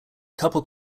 couple